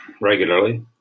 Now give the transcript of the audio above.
regularly